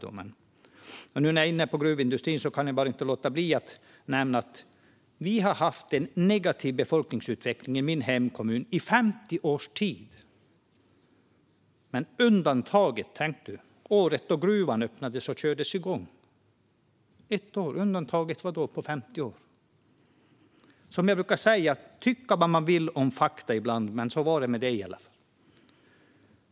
Nu när jag är inne på gruvindustrin kan jag bara inte låta bli att nämna att vi har haft en negativ befolkningsutveckling i min hemkommun i 50 års tid, undantaget året då gruvan öppnades och kördes igång. Som jag brukar säga: Tycka vad man vill om fakta ibland, men så var det med det i alla fall.